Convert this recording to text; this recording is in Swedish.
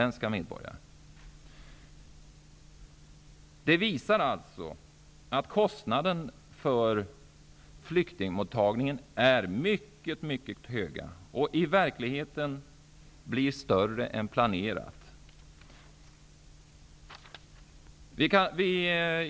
Detta visar alltså att kostnaderna för flyktingmottagningen är mycket, mycket höga och i verkligheten blir högre än planerat.